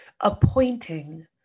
appointing